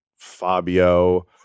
Fabio